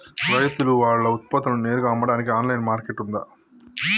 రైతులు వాళ్ల ఉత్పత్తులను నేరుగా అమ్మడానికి ఆన్లైన్ మార్కెట్ ఉందా?